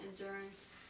endurance